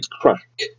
crack